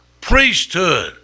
priesthood